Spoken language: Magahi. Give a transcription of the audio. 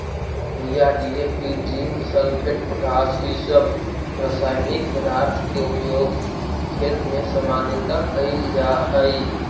urea, DAP, zinc sulphate, potash इ सब रसायनिक पदार्थ के उपयोग खेत में सामान्यतः कईल जा हई